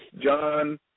John